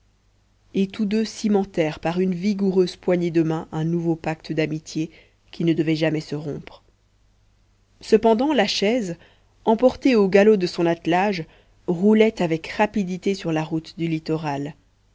et tous deux cimentèrent par une vigoureuse poignée de main un nouveau pacte d'amitié qui ne devait jamais se rompre cependant la chaise emportée au galop de son attelage roulait avec rapidité sur la route du littoral